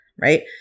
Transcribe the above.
right